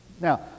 Now